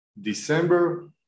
December